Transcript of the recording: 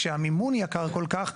כשהמימון יקר כל כך,